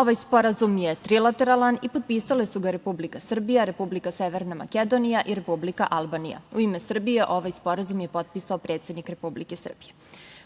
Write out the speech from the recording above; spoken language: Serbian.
Ovaj sporazum je trilateralan i potpisale su ga Republika Srbija, Republika Severna Makedonija i Republika Albanija. U ime Srbije ovaj sporazum je potpisao predsednik Republike Srbije.